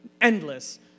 endless